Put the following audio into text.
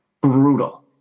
Brutal